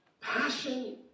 Passion